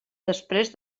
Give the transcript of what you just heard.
després